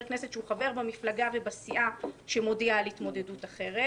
כנסת שהוא חבר במפלגה ובסיעה שמודיע על התמודדות אחרת.